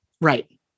Right